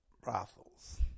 brothels